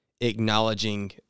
acknowledging